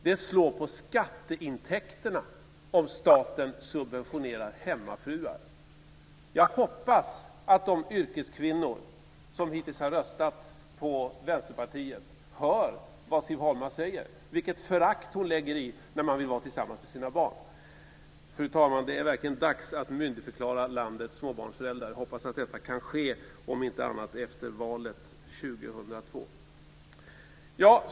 Det slår på skatteintäkterna om staten subventionerar hemmafruar - jag hoppas att de yrkeskvinnor som hittills har röstat på Vänsterpartiet hör vad Siv Holma säger och hör vilket förakt hon ger uttryck för när man vill vara tillsammans med sina barn. Fru talman, det är verkligen dags att myndigförklara landets småbarnsföräldrar. Jag hoppas att detta kan ske, om inte annat efter valet 2002.